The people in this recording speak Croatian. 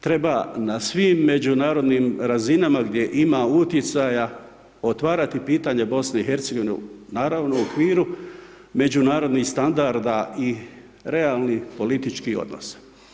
Treba na svim međunarodnim razinama gdje ima uticanja otvarati pitanje BIH, naravno u okviru međunarodnih standarda i realnih političkih odnosa.